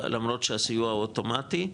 למרות שהסיוע הוא אוטומטי,